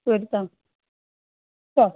करता चल